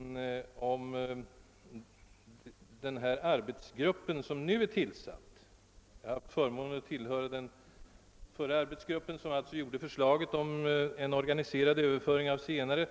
rörande den särskilda arbetsgrupp, som nu är tillsatt. Jag hade förmånen att tillhöra den tidigare arbetsgrupp, som utarbetade förslaget om en organiserad överföring av zigenare.